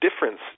difference